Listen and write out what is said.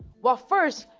well, first,